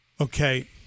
okay